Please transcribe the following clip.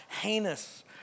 heinous